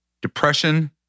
depression